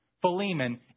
Philemon